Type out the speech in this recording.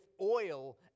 oil